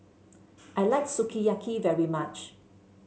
I like Sukiyaki very much